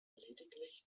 lediglich